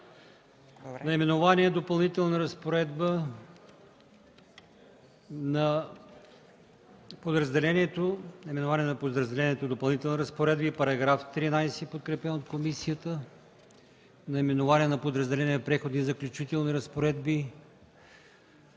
Наименованието на подразделението „Допълнителна разпоредба”, § 13, подкрепен от комисията, наименованието на подразделението „Преходни и заключителни разпоредби”